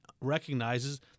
recognizes